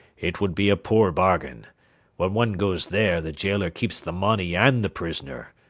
it would be a poor bargain when one goes there the gaoler keeps the money and the prisoner!